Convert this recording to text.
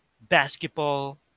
basketball